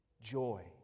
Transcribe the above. Joy